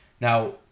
Now